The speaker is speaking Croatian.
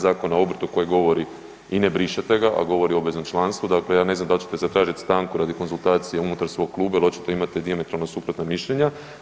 Zakona o obrtu koji govori i ne brišete ga, a govori o obveznom članstvu, dakle ja ne znam dal ćete zatražit stanku radi konzultacije unutar svog kluba jel očito imate dijametralno suprotna mišljenja.